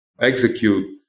execute